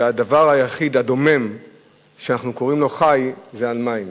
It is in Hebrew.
הדבר היחיד הדומם שאנחנו קוראים לו חי זה מים.